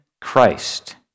Christ